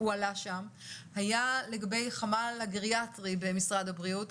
החולים שלא צריכים להיות בבית החולים,